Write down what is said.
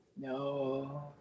no